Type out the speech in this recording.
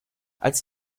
als